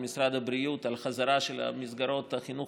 משרד הבריאות על החזרה של מסגרות החינוך